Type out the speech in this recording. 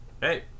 Hey